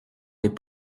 des